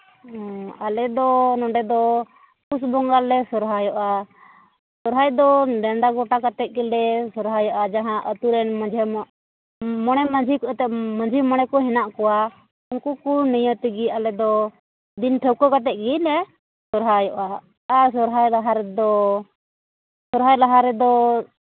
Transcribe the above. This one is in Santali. ᱟᱞᱮᱫᱚ ᱱᱚᱸᱰᱮ ᱫᱚ ᱯᱩᱥ ᱵᱚᱸᱜᱟᱞᱮ ᱥᱚᱦᱚᱨᱟᱭᱚᱜᱼᱟ ᱥᱚᱨᱦᱟᱭ ᱫᱚ ᱱᱮᱸᱰᱟ ᱜᱚᱴᱟ ᱠᱟᱛᱮ ᱜᱮᱞᱮ ᱥᱚᱦᱚᱨᱟᱭᱚᱜᱼᱟ ᱡᱟᱦᱟᱸ ᱟᱹᱛᱩᱨᱮᱱ ᱢᱟᱺᱡᱷᱤ ᱢᱚᱬᱮ ᱢᱚᱬᱮ ᱢᱟᱺᱡᱤ ᱠᱚ ᱢᱟᱹᱡᱷᱤ ᱢᱚᱬᱮ ᱠᱚ ᱦᱮᱱᱟᱜ ᱠᱚᱣᱟ ᱩᱱᱠᱩ ᱠᱚ ᱱᱤᱭᱟᱹ ᱛᱮᱜᱮ ᱟᱞᱮᱫᱚ ᱫᱤᱱ ᱴᱷᱟᱹᱣᱠᱟᱹ ᱠᱟᱛᱮ ᱜᱮᱞᱮ ᱥᱚᱦᱚᱨᱟᱭᱚᱜᱼᱟ ᱟᱨ ᱥᱚᱦᱚᱨᱟᱭ ᱞᱟᱦᱟ ᱨᱮᱫᱚ ᱥᱚᱦᱚᱨᱟᱭ ᱞᱟᱦᱟ ᱨᱮᱫᱚ